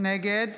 נגד